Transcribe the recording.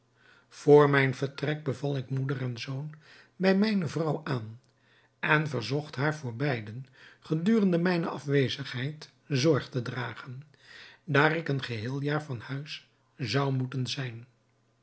vr mijn vertrek beval ik moeder en zoon bij mijne vrouw aan en verzocht haar voor beiden gedurende mijne afwezigheid zorg te dragen daar ik een geheel jaar van huis zou moeten zijn